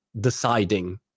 deciding